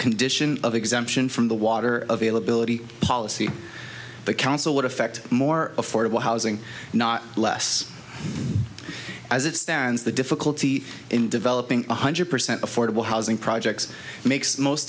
condition of exemption from the water availability policy the council would affect more affordable housing not less as it stands the difficulty in developing one hundred percent affordable housing projects makes most